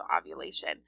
ovulation